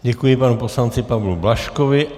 Děkuji, panu poslanci Pavlu Blažkovi.